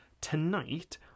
Tonight